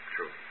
True